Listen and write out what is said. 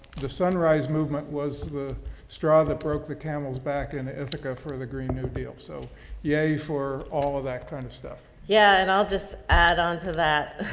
the sunrise movement was the straw that broke the camel's back in ithaca for the green new deal. so yeah, you for all of that kind of stuff. yeah. and i'll just add on to that.